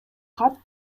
кат